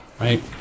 right